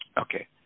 Okay